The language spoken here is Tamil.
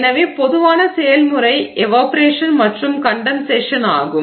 எனவே பொதுவான செயல்முறை எவாப்பொரேஷன் மற்றும் கண்டென்சேஷன் ஆகும்